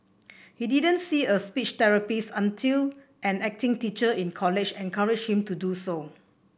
he didn't see a speech therapist until an acting teacher in college encouraged him to do so